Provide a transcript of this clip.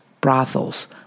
brothels